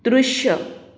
दृश्य